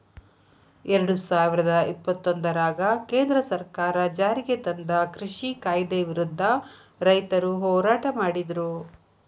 ಎರಡುಸಾವಿರದ ಇಪ್ಪತ್ತೊಂದರಾಗ ಕೇಂದ್ರ ಸರ್ಕಾರ ಜಾರಿಗೆತಂದ ಕೃಷಿ ಕಾಯ್ದೆ ವಿರುದ್ಧ ರೈತರು ಹೋರಾಟ ಮಾಡಿದ್ರು